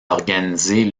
organisée